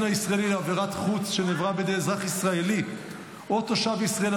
הישראלי על עבירת חוץ שנעברה בידי אזרח ישראלי או תושב ישראל),